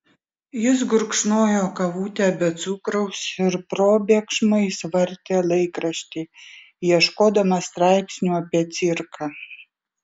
jis gurkšnojo kavutę be cukraus ir probėgšmais vartė laikraštį ieškodamas straipsnių apie cirką